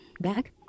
Back